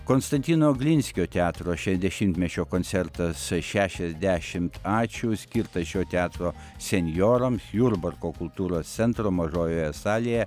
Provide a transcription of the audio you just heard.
konstantino glinskio teatro šešdešimtmečio koncertas šešiasdešimt ačiū skirtas šio teatro senjorams jurbarko kultūros centro mažojoje salėje